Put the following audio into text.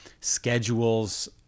schedules